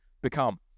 become